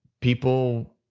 people